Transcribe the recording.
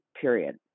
period